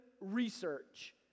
research